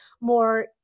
more